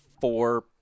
four